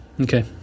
Okay